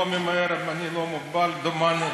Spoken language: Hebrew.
אני לא ממהר, אני לא מוגבל, דומני,